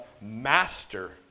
master